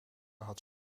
had